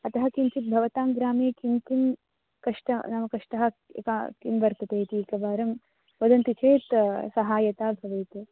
अतः किञ्चित् भवतां ग्रामे किं किं कष्टं नाम कष्टं किं किं वर्तते इति एकवारं वदन्ति चेत् सहायता भवेत्